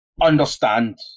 understand